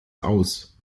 aus